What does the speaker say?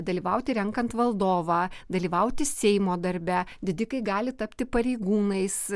dalyvauti renkant valdovą dalyvauti seimo darbe didikai gali tapti pareigūnais